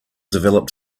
developed